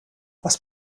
was